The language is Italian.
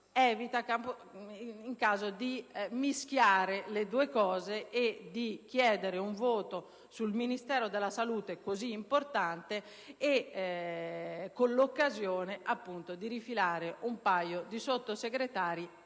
evita, nel caso, di mischiare le due questioni, di chiedere cioè un voto sul Ministero della salute, così importante e, con l'occasione, rifilare un paio di Sottosegretari